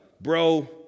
bro